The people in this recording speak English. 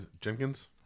Jenkins